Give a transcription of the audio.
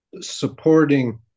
supporting